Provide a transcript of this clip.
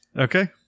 Okay